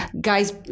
guys